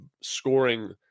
scoring